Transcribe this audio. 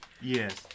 yes